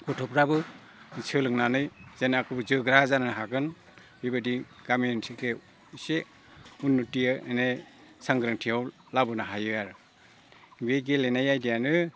गथ'फ्राबो सोलोंनानै जेनाखि जोग्रा जानो हागोन बिबायदि गामि ओनथिखेव एसे उननुथिया एने सांग्रांथियाव लाबोनो हायो आरो बे गेलेनाय आयदायानो